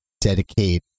dedicate